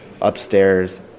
Upstairs